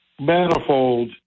manifold